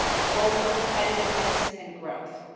global competitiveness and growth.